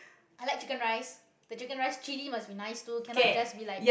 i like chicken-rice the chicken-rice chilli must be nice too cannot just be like